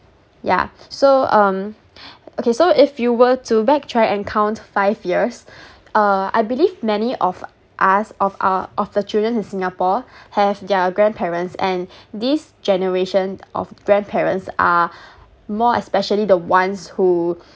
yeah so um okay so if you were to back try and count five years uh I believe many of us of our of the children in singapore have their grandparents and this generation of grandparents are more especially the ones who